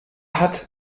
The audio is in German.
hat